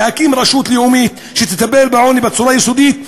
להקים רשות לאומית שתטפל בעוני בצורה יסודית.